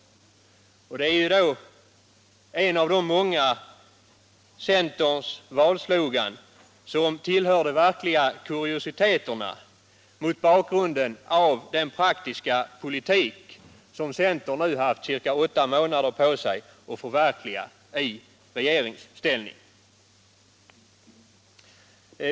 Denna centeristiska valslogan är en av de många sådana som tillhör de verkliga kuriositeterna, sett mot bakgrund av den praktiska politik som centern nu haft ca åtta månader på sig att förverkliga i regeringsställning.